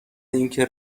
اینکه